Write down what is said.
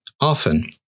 Often